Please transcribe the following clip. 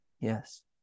Yes